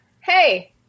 Hey